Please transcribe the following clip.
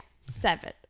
Seven